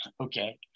okay